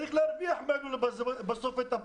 בסוף צריך להרוויח את המשכורת.